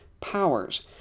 powers